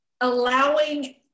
allowing